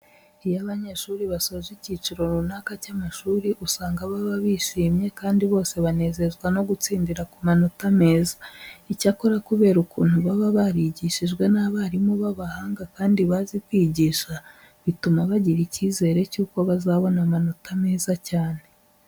Iyo abanyeshuri basoje icyiciro runaka cy'amashuri usanga baba bishimye kandi bose banezezwa no gutsindira ku manota meza. Icyakora kubera ukuntu baba barigishijwe n'abarimu b'abahanga kandi bazi kwigisha, bituma bagira icyizere cyuko bazabona amanota meza cyane.